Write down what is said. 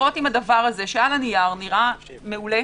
לראות אם הדבר הזה, שעל הנייר נראה מעולה,